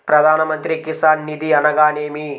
ప్రధాన మంత్రి కిసాన్ నిధి అనగా నేమి?